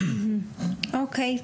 אוקי,